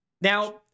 Now